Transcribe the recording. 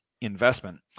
investment